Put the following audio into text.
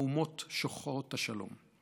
מהאומות שוחרות השלום.